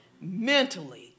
mentally